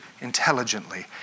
intelligently